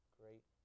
great